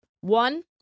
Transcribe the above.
One